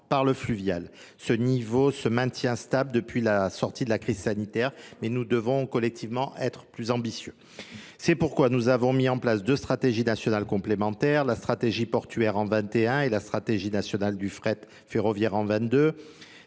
par le fluvial. Ce niveau se maintient stable depuis la sortie de la crise sanitaire, mais nous devons collectivement être plus ambitieux. C'est pourquoi nous avons mis en place deux stratégies nationales complémentaires, la stratégie portuaire en 2021 et la stratégie nationale du fret ferroviaire en 2022.